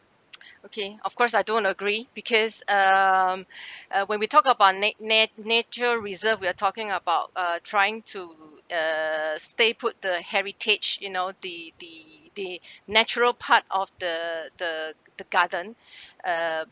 okay of course I don't agree because um uh when we talk about nat~ nat~ nature reserve we're talking about uh trying to err stay put the heritage you know the the the natural part of the the the garden uh